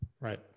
Right